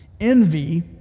envy